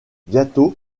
bientôt